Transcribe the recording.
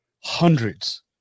hundreds